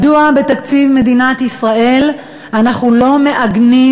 מדוע בתקציב מדינת ישראל אנחנו לא מעגנים